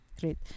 great